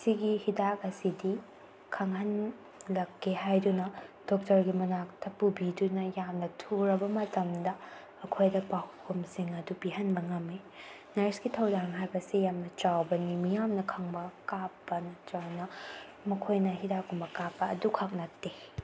ꯁꯤꯒꯤ ꯍꯤꯗꯥꯛ ꯑꯁꯤꯗꯤ ꯈꯪꯍꯜꯂꯛꯀꯦ ꯍꯥꯏꯗꯨꯅ ꯗꯣꯛꯇꯔꯒꯤ ꯃꯅꯥꯛꯇ ꯄꯨꯕꯤꯗꯨꯅ ꯌꯥꯝꯅ ꯊꯨꯔꯕ ꯃꯇꯝꯗ ꯑꯩꯈꯣꯏꯗ ꯄꯥꯎꯈꯨꯝꯁꯤꯡ ꯑꯗꯨ ꯄꯤꯍꯟꯕ ꯉꯝꯃꯤ ꯅꯔꯁꯀꯤ ꯊꯧꯗꯥꯡ ꯍꯥꯏꯕꯁꯦ ꯌꯥꯝꯅ ꯆꯥꯎꯕꯅꯤ ꯃꯤꯌꯥꯝꯅ ꯈꯪꯕ ꯀꯥꯞꯄ ꯅꯠꯇ꯭ꯔꯒꯅ ꯃꯈꯣꯏꯅ ꯍꯤꯗꯥꯛꯀꯨꯝꯕ ꯀꯥꯞꯄ ꯑꯗꯨꯈꯛ ꯅꯠꯇꯦ